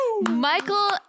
Michael